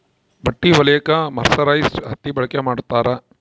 ಬಟ್ಟೆ ಹೊಲಿಯಕ್ಕೆ ಮರ್ಸರೈಸ್ಡ್ ಹತ್ತಿ ಬಳಕೆ ಮಾಡುತ್ತಾರೆ